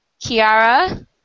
Kiara